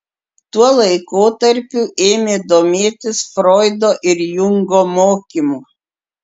tuo laikotarpiu ėmė domėtis froido ir jungo mokymu